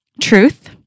Truth